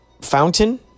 fountain